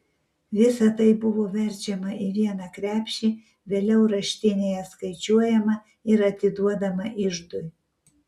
visa tai buvo verčiama į vieną krepšį vėliau raštinėje skaičiuojama ir atiduodama iždui